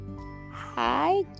Hi